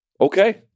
okay